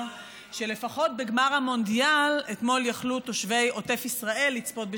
שלפחות בגמר המונדיאל אתמול יכלו תושבי עוטף ישראל לצפות בשקט,